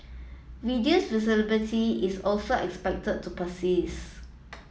reduced visibility is also expected to persist